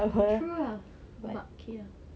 true lah but okay lah